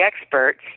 experts